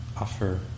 offer